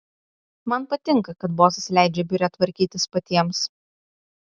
man patinka kad bosas leidžia biure tvarkytis patiems